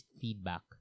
feedback